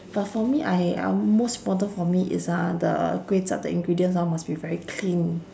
but for me I I most important for me is ah the kway chap the ingredients hor must be very clean